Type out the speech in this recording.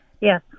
Yes